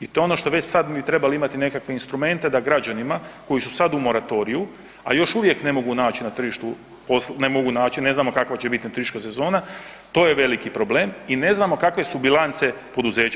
I to je ono što bi već sad trebali imati nekakve instrumente da građanima koji su sad u moratoriju, a još uvijek ne mogu naći na tržištu, ne mogu naći, ne znamo kakva će nam biti turistička sezona to je veliki problem i ne znamo kakve su bilance poduzeća.